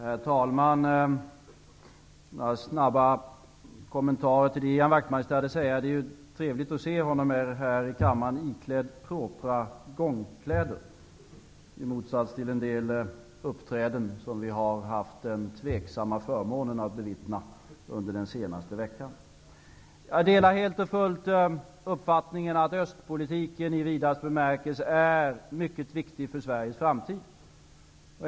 Herr talman! Jag skall snabbt göra några kommentarer till det som Ian Wachtmeister hade att säga. Det är trevligt att se honom iklädd propra gångkläder här i kammaren, i motsats till under en del uppträden som vi har haft den tveksamma förmånen att bevittna den senaste veckan. Jag delar helt och fullt uppfattningen att östpolitiken i vidaste bemärkelse är mycket viktig för Sveriges framtid.